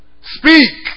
Speak